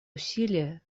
усилия